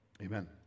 Amen